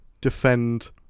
defend